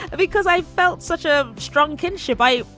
ah because i felt such a strong kinship. i.